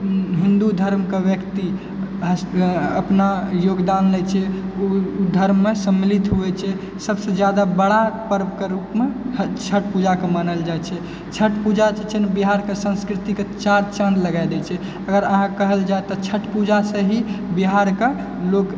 हिन्दू धर्मके व्यक्ति अपना योगदान दै छै ओ धर्ममे सम्मिलित होइ छै सबसँ ज्यादा बड़ा पर्वके रूपमे छठ पूजाके मानल जाइ छै छठ पूजा जे छै ने बिहारके संस्कृतिके चार चाँद लगा दै छै अगर अहाँ कहल जाइ तऽ छठ पूजासँ ही बिहारके लोक